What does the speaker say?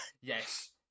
Yes